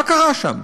מה קרה שם?